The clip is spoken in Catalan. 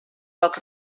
poc